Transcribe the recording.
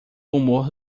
humor